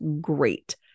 great